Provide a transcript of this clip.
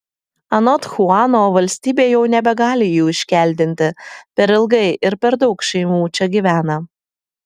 anot chuano valstybė jau nebegali jų iškeldinti per ilgai ir per daug šeimų čia gyvena